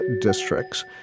districts